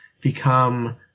become